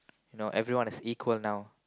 you know everyone is equal now